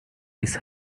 his